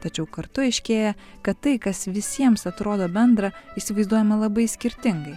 tačiau kartu aiškėja kad tai kas visiems atrodo bendra įsivaizduojame labai skirtingai